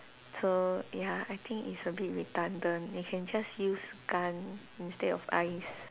so ya I think it's a bit redundant you can just use gun instead of eyes